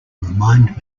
remind